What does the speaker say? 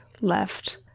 left